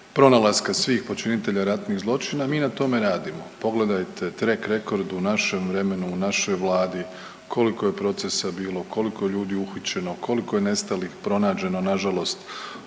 pronalaska svih počinitelja ratnih zločina, mi na tome radimo. Pogledajte track record u našem vremenu u našoj Vladi, koliko je procesa bilo, koliko je ljudi uhićeno, koliko je nestalih pronađeno. Nažalost,